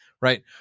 right